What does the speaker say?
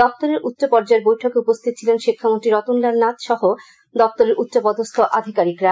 দপ্তরে উষ্চ পর্যায়ের বৈঠকে উপস্থিত ছিলেন শিক্ষামন্ত্রী রতনলাল নাথ সহ দপ্তরের উষ্ক পদস্থ আধিকারিকরা